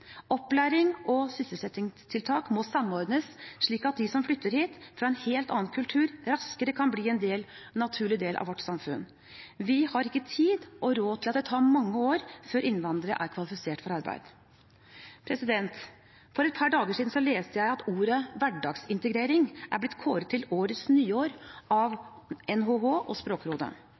Opplæring og sysselsettingstiltak må samordnes, slik at de som flytter hit fra en helt annen kultur, raskere kan bli en naturlig del av vårt samfunn. Vi har ikke tid og råd til at det tar mange år før innvandrere er kvalifisert for arbeid. For et par dager siden leste jeg at ordet «hverdagsintegrering» er blitt kåret til årets nyord av NHH og Språkrådet.